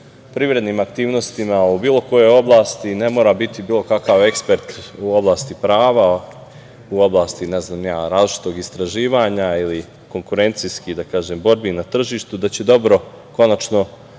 privrednim aktivnostima o bilo kojoj oblasti, ne mora biti bilo kakav ekspert u oblasti prava, u oblati, ne znam ni ja, različitog istraživanja ili konkurencijskih, da kažem, borbi na tržištu da će dobro konačno